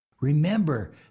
Remember